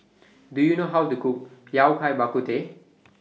Do YOU know How to Cook Yao Cai Bak Kut Teh